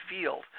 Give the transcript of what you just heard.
field